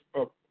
up